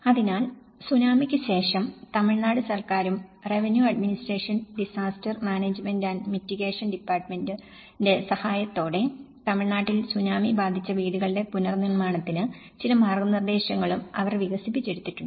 അതിനാൽ സുനാമിക്ക് ശേഷം തമിഴ്നാട് സർക്കാരും revenue administration disaster management and mitigation ഡിപ്പാർട്ട്മെന്റിന്റെ സഹായത്തോടെ തമിഴ്നാട്ടിൽ സുനാമി ബാധിച്ച വീടുകളുടെ പുനർനിർമ്മാണത്തിന് ചില മാർഗ്ഗനിർദ്ദേശങ്ങളും അവർ വികസിപ്പിച്ചെടുത്തിട്ടുണ്ട്